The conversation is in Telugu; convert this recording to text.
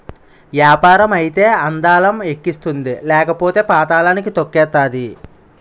యాపారం అయితే అందలం ఎక్కిస్తుంది లేకపోతే పాతళానికి తొక్కేతాది